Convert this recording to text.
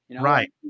Right